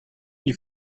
you